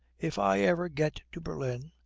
if i ever get to berlin,